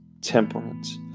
temperance